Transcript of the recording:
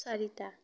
চাৰিটা